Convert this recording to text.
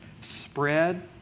spread